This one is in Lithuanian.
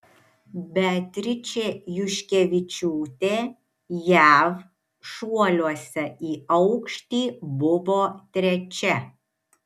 beatričė juškevičiūtė jav šuoliuose į aukštį buvo trečia